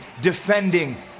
defending